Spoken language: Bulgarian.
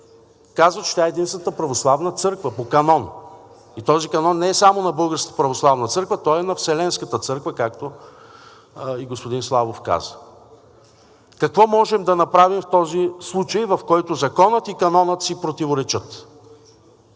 казва, че тя е единствената православна църква по канон и този канон не е само на Българската православна църква, той е на Вселенската църква, както и господин Славов каза. Какво можем да направим в този случай, в който законът и канонът си противоречат?